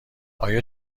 آیا